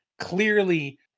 clearly